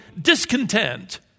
discontent